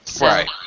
Right